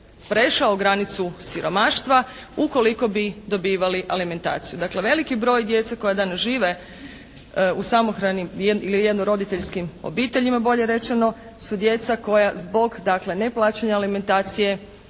prešao granicu siromaštva ukoliko bi dobivali alimentaciju. Dakle, veliki broj djece koja danas žive u samohranim ili jednoroditeljskim obiteljima bolje rečeno, su djeca koja zbog dakle neplaćanja alimentacije